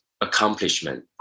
accomplishment